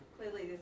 Clearly